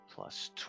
plus